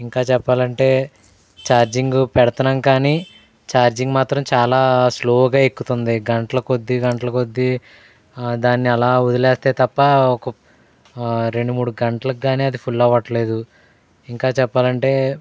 ఇంకా చెప్పాలంటే చార్జింగ్ పెడుతున్నాము కానీ ఛార్జింగ్ మాత్రం చాలా స్లోగా ఎక్కుతుంది గంటల కొద్దీ గంటల కొద్దీ దాన్ని అలా వదిలేస్తే తప్ప ఒక రెండు మూడు గంటలకి కానీ అది ఫుల్ అవట్లేదు ఇంకా చెప్పాలంటే